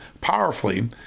powerfully